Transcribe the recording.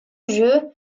jeu